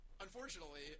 Unfortunately